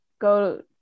go